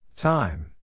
Time